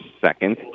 second